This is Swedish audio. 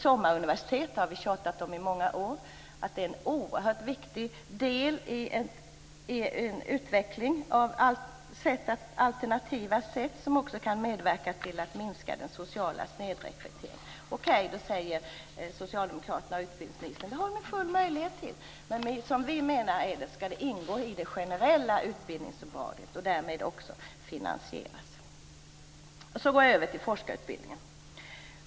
Sommaruniversitet har vi tjatat om i många år. Det tycker vi är en oerhört viktig del i en utveckling av alternativa utbildningssätt som också kan medverka till att minska den sociala snedrekryteringen. Okej, säger socialdemokraterna och utbildningsministern, det har de full möjlighet till. Men som vi menar det skall det ingå i det generella utbildningsuppdraget och därmed också finansieras. Nu går jag över till forskarutbildningen.